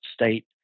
state